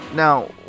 Now